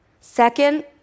Second